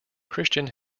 christian